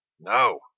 No